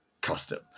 custom